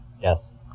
Yes